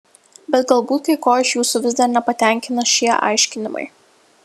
bet galbūt kai ko iš jūsų vis dar nepatenkina šie aiškinimai